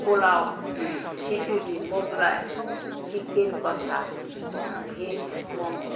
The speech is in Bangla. পোলাও খিচুড়ি মোগলাই চিকেন কষা ভেজ মোমো